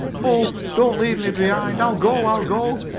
oh! don't leave me behind! i'll go! i'll go!